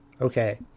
okay